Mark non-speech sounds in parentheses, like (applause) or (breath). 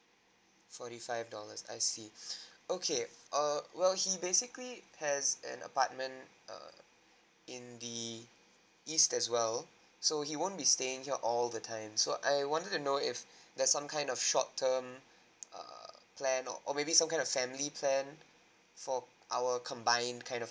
forty five dollars I see (breath) okay err well he basically has an apartment err in the east as well so he won't be staying here all the time so I wanted to know if there's some kind of short term err plan or maybe some kind of family plan for our combine kind of